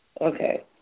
Okay